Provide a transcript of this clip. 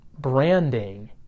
branding